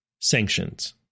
sanctions